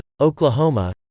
Oklahoma